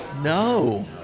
No